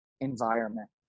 environment